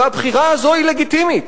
והבחירה הזאת היא לגיטימית.